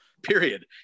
Period